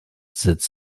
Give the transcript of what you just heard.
sitz